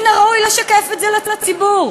מן הראוי לשקף את זה לציבור.